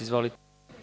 Izvolite.